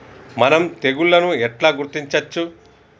మనం తెగుళ్లను ఎట్లా గుర్తించచ్చు?